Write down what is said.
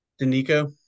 Danico